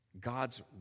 God's